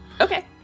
okay